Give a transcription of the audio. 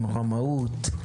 עם רמאות,